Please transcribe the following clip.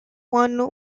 one